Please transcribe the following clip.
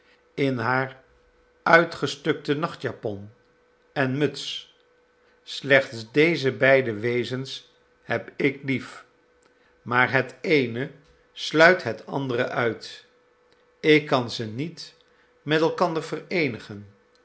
in haar uitgestukte nachtjapon en muts slechts deze beide wezens heb ik lief maar het eene sluit het andere uit ik kan ze niet met elkander vereenigen